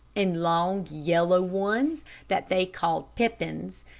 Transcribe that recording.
and long, yellow ones that they called pippins,